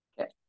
Okay